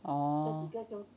oh